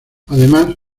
además